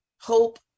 hope